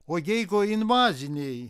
o jeigu invaziniai